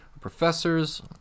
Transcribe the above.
professors